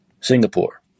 Singapore